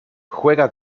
juega